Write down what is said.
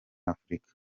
africa